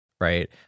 right